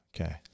Okay